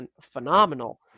phenomenal